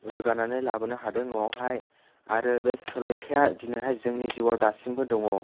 रोगानानै लाबोनो हादों न'आवहाय आरो बे सोलायथाया दिनैहाय जोंनि जिउआव दासिमबो दङ